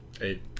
Eight